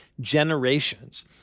generations